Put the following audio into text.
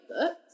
books